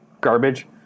garbage